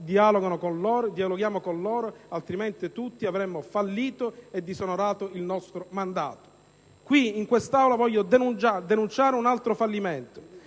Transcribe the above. dialoghiamo con loro; altrimenti, tutti avremo fallito e disonorato il nostro mandato. In quest'Aula voglio denunciare un altro fallimento,